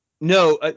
No